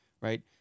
right